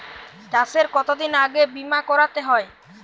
চাষে কতদিন আগে বিমা করাতে হয়?